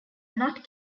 not